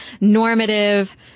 normative